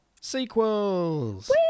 sequels